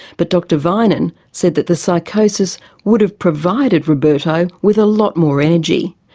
but dr vinen said that the psychosis would have provided roberto with a lot more energy,